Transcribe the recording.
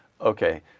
Okay